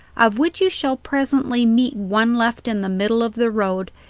of which you shall presently meet one left in the middle of the road,